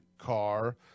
Car